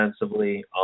defensively